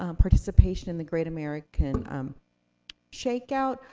um participation in the great american um shakeout.